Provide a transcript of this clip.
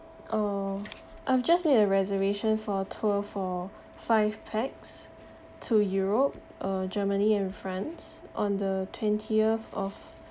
oh I'm just need a reservation for tour for five pax to europe uh germany and france on the twentieth of